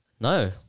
No